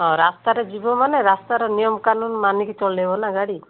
ହଁ ରାସ୍ତାରେ ଯିବ ମାନେ ରାସ୍ତାର ନିୟମ କାନୁନ ମାନିକି ଚଲାଇବ ନା ଗାଡ଼ି